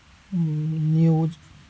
news